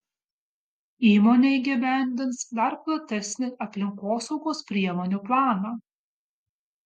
įmonė įgyvendins dar platesnį aplinkosaugos priemonių planą